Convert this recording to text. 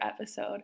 episode